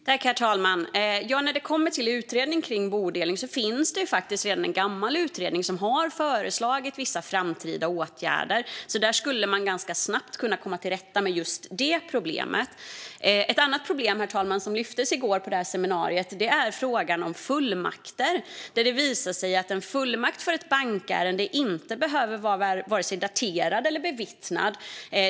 Herr talman! När det gäller utredning kring bodelning finns det faktiskt redan en gammal utredning som har föreslagit vissa framtida åtgärder. Man skulle alltså ganska snabbt kunna komma till rätta med just det problemet. Ett annat problem som lyftes fram på seminariet i går, herr talman, gäller fullmakter. Det visar sig att en fullmakt för ett bankärende inte behöver vara vare sig daterad eller bevittnad.